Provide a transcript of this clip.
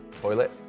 toilet